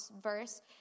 verse